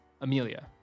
amelia